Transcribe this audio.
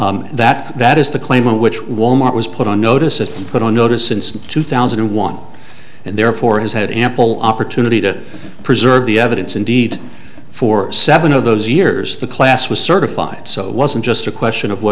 that that is the claim on which wal mart was put on notice has been put on notice since two thousand and one and therefore has had ample opportunity to preserve the evidence indeed for seven of those years the class was certified so it wasn't just a question of